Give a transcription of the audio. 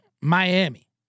Miami